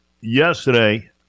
yesterday